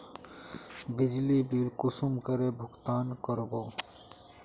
बिजली बिल कुंसम करे भुगतान कर बो?